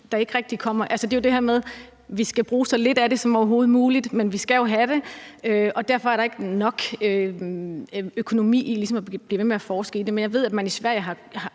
ved med det. Altså, det er jo det her med, at vi skal bruge så lidt af det som overhovedet muligt, men vi skal jo have det, og derfor er der ikke nok økonomi i ligesom at blive ved med at forske i det. Men jeg ved, at man i Sverige har